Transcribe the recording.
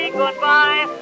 goodbye